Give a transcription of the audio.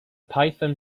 python